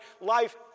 life